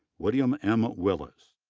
william m. willis.